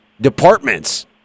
departments